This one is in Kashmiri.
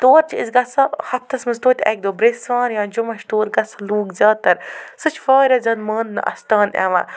تور چھِ أسۍ گژھان ہفتَس منٛز تویتہِ اَکہِ دۄہ برٛٮ۪سوار یا جُمعہ چھِ تور گژھان لوٗکھ زیادٕ تَر سُہ چھِ واریاہ زیادٕ مانٛنہٕ اَستان یِوان